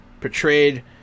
portrayed